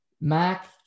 Mac